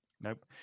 Nope